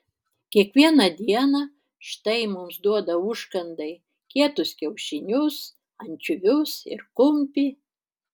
kiekvieną dieną štai mums duoda užkandai kietus kiaušinius ančiuvius ir kumpį